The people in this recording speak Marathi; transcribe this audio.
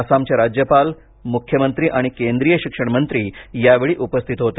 आसामचे राज्यपाल मुख्यमंत्री आणि केंद्रीय शिक्षण मंत्री यावेळी उपस्थित होते